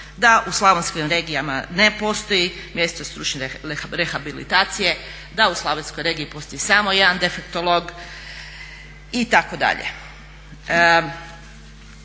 da u slavonskim regijama ne postoji mjesto stručne rehabilitacije, da u slavonskoj regiji postoji samo jedan defektolog itd..